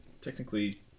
technically